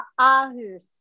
Ahus